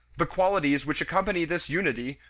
the qualities which accompany this unity,